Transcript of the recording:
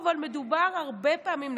אבל מדובר הרבה פעמים,